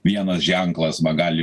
vienas ženklas va gali